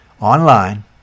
online